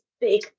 big